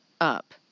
up